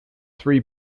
three